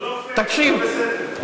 זה לא פייר, זה לא בסדר.